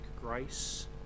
grace